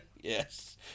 yes